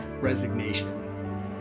Resignation